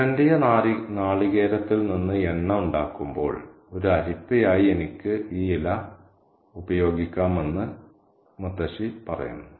ചുരണ്ടിയ നാളികേരത്തിൽ നിന്ന് എണ്ണ ഉണ്ടാക്കുമ്പോൾ ഒരു അരിപ്പയായി എനിക്ക് ഈ ഇല ഉപയോഗിക്കാമെന്ന് അവൾ പറയുന്നു